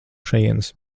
šejienes